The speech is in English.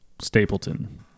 Stapleton